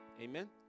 Amen